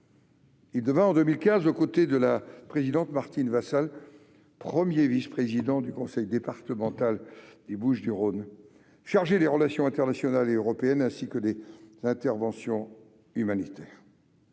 Il devint en 2015, aux côtés de la présidente Martine Vassal, premier vice-président du conseil départemental des Bouches-du-Rhône, chargé des relations internationales et européennes, ainsi que des interventions humanitaires.